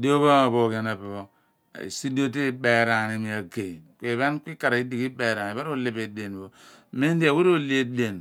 Dio pho ophooghian pho epe pho asuho di ikaraghi edighi iberaan iphen rohu bo edien pho. mon di awe rohu edien,